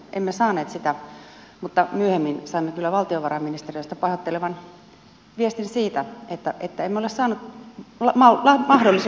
emme saaneet sitä mutta myöhemmin saimme kyllä valtiovarainministeriöstä pahoittelevan viestin siitä että emme olleet saaneet mahdollisuutta edes lausua